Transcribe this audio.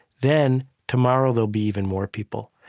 then tomorrow there'll be even more people.